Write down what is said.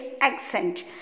accent